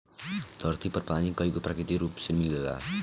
धरती पर पानी कईगो प्राकृतिक रूप में मिलेला